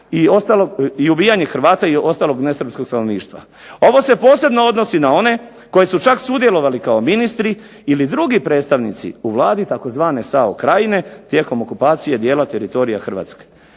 i ubijanje Hrvata i ostalog nesrpskog stanovništva. Ovo se posebno odnosi na one koji su čak sudjelovali kao ministri ili drugi predstavnici u Vladi tzv. SAO krajine tijekom okupacije dijela teritorija Hrvatske.